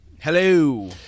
Hello